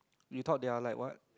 you thought they are like what